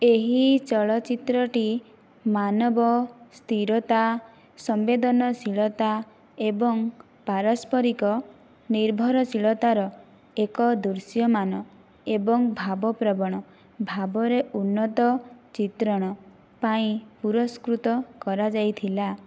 ଏହି ଚଳଚ୍ଚିତ୍ରଟି ମାନବ ସ୍ଥିରତା ସମ୍ବେଦନଶୀଳତା ଏବଂ ପାରସ୍ପରିକ ନିର୍ଭରଶୀଳତାର ଏକ ଦୃଶ୍ୟମାନ ଏବଂ ଭାବପ୍ରବଣ ଭାବରେ ଉନ୍ନତ ଚିତ୍ରଣ ପାଇଁ ପୁରସ୍କୃତ କରାଯାଇଥିଲା